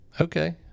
Okay